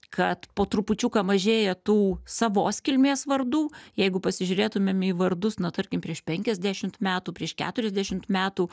kad po trupučiuką mažėja tų savos kilmės vardų jeigu pasižiūrėtumėm į vardus na tarkim prieš penkiasdešimt metų prieš keturiasdešimt metų